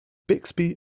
bixby